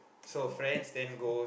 I don't know ah